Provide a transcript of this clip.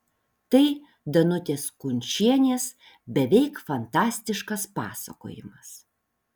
tai danutės kunčienės beveik fantastiškas pasakojimas